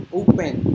open